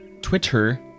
Twitter